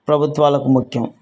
ప్రభుత్వాలకు ముఖ్యం